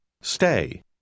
stay